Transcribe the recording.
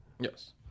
Yes